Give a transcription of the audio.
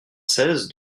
seize